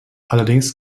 allerdings